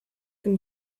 them